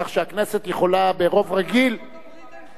כך שהכנסת יכולה ברוב רגיל, אבל,